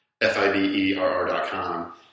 F-I-B-E-R-R.com